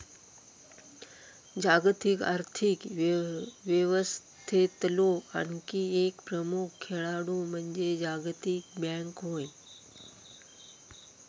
जागतिक आर्थिक व्यवस्थेतलो आणखी एक प्रमुख खेळाडू म्हणजे जागतिक बँक होय